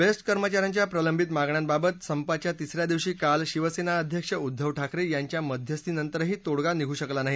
best कर्मचाऱ्यांच्या प्रलंबित मागण्यांबाबत संपाच्या तिसऱ्या दिवशी काल शिवसेना अध्यक्ष उद्दव ठाकरे यांच्या मध्यस्थीनंतरही तोङगा निघू शकला नाही